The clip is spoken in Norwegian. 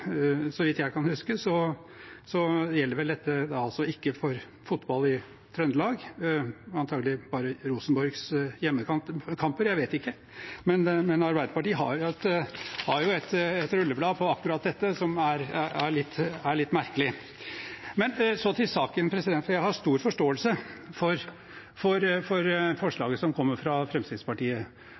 kan huske, gjelder vel dette da altså ikke for fotball i Trøndelag – antagelig bare Rosenborgs hjemmekamper, jeg vet ikke. Arbeiderpartiet har et rulleblad som er litt merkelig, på akkurat dette. Så til saken: Jeg har stor forståelse for forslaget som kommer fra Fremskrittspartiet.